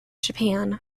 japan